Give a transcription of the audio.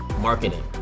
marketing